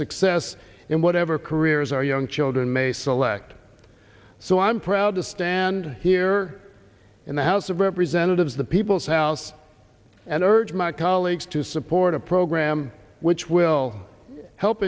success in whatever careers our young children may select so i'm proud to stand here in the house of representatives the people's house and urge my colleagues to support a program which will help